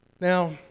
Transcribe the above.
now